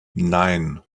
nein